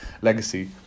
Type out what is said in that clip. legacy